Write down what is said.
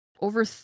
over